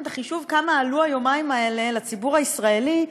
את החישוב כמה עלו היומיים האלה לציבור הישראלי,